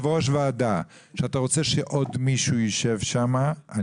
שעוד מישהו ישב בוועדה,